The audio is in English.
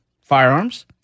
firearms